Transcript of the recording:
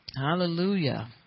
Hallelujah